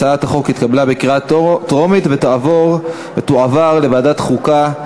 הצעת החוק התקבלה בקריאה טרומית ותועבר לוועדת החוקה,